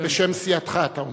בשם סיעתך, אתה אומר.